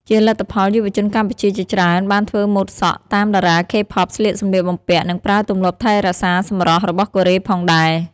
ជាលទ្ធផល យុវជនកម្ពុជាជាច្រើនបានធ្វើម៉ូដសក់តាមតារា K-pop ស្លៀកសម្លៀកបំពាក់ និងប្រើទម្លាប់ថែរក្សាសម្រស់របស់កូរ៉េផងដែរ។